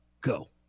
Go